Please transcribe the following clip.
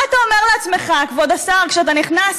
מה אתה אומר לעצמך, כבוד השר, כשאתה נכנס